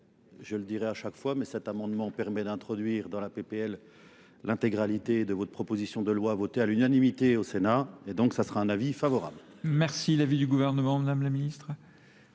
Je le dirai à chaque fois mais cet amendement permet d'introduire dans la PPL l'intégralité de votre proposition de loi votée à l'unanimité au Sénat et donc ça sera un avis favorable. Merci, l'avis du gouvernement, Madame la Ministre.